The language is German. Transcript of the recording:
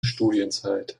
studienzeit